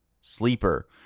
sleeper